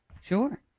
Sure